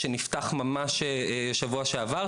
שנפתח ממש שבוע שעבר,